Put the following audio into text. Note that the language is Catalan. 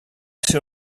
ser